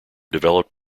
developed